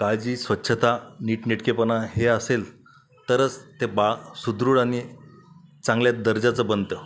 काळजी स्वच्छता नीटनेटकेपणा हे असेल तरच ते बाळ सुदृढ आणि चांगल्या दर्जाचं बनतं